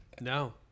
No